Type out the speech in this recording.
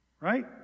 Right